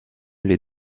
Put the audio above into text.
les